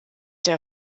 der